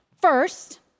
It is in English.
First